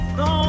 no